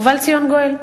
ובא לציון גואל.